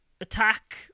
attack